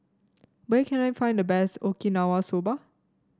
where can I find the best Okinawa Soba